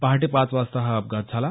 पहाटे पाच वाजता हा अपघात झाला